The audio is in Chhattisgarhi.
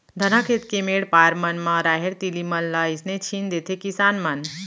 धनहा खेत के मेढ़ पार मन म राहेर, तिली मन ल अइसने छीन देथे किसान मन